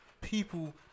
people